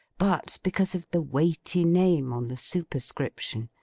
but because of the weighty name on the superscription,